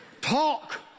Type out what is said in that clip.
talk